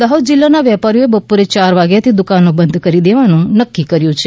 દાહોદ જિલ્લાના વેપારીઓએ બપોરે ચાર વાગ્યાથી દુકાનો બંધ કરી દેવાનું નક્કી કર્યું છે